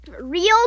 Real